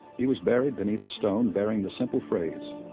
he was buried beneath a stone burying the simple phrase,